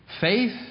faith